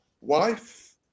wife